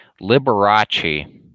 Liberace